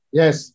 yes